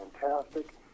fantastic